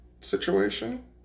situation